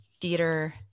theater